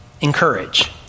Encourage